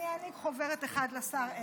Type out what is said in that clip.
אני אעניק חוברת אחת לשר אלקין.